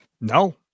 No